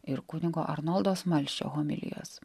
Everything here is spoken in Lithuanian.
ir kunigo arnoldo smalsčio homilijos